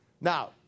Now